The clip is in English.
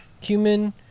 cumin